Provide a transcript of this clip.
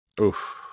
Oof